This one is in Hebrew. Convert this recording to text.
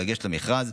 לגשת למכרז,